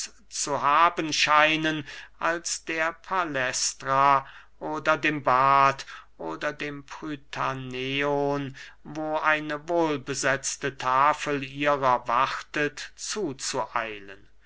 zu haben scheinen als der palästra oder dem bad oder dem prytaneon wo eine wohlbesetzte tafel ihrer wartet zuzueilen